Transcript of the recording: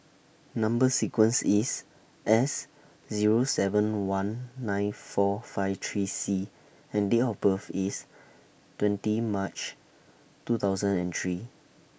Number sequence IS S Zero seven one nine four five three C and Date of birth IS twenty March two thousand and three